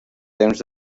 temps